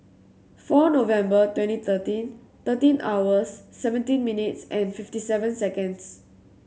four November twenty thirteen thirteen hours seventeen minutes fifty seven seconds